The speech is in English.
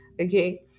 Okay